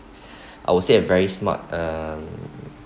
I would say a very smart um